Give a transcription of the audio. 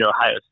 Ohio